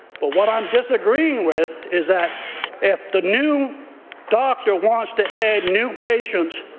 but what i am disagreeing with is that if the new doctor wants to add new patients,